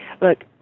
Look